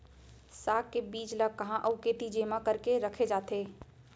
साग के बीज ला कहाँ अऊ केती जेमा करके रखे जाथे?